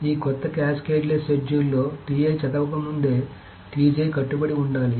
ఈ కొత్త cascadeless schedule లో చదవక ముందే కట్టుబడి ఉండాలి